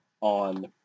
on